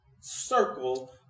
circle